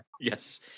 Yes